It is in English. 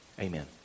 Amen